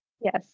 yes